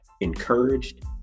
encouraged